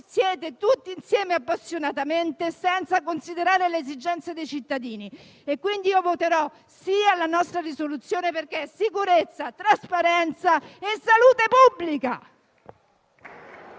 siete tutti insieme appassionatamente, senza considerare le esigenze dei cittadini. Quindi io voterò "sì" alla nostra proposta di risoluzione, perché è sicurezza, trasparenza e salute pubblica.